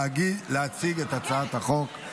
להציג את הצעת החוק,